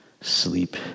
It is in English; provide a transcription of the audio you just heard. sleep